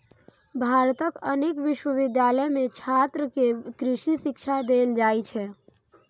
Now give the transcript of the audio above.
भारतक अनेक विश्वविद्यालय मे छात्र कें कृषि शिक्षा देल जाइ छै